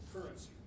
currency